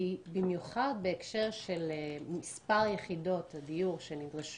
במיוחד בהקשר של מספר יחידות הדיור שנדרש